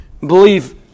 Believe